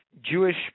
Jewish